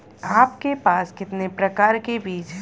आपके पास कितने प्रकार के बीज हैं?